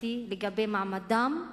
משפטי לגבי מעמדם,